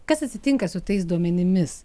kas atsitinka su tais duomenimis